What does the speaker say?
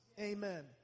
Amen